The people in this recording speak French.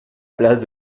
place